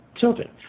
children